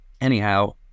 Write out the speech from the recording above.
anyhow